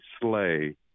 Slay